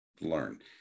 learn